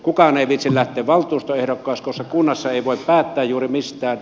kukaan ei viitsi lähteä valtuustoehdokkaaksi koska kunnassa ei voi päättää juuri mistään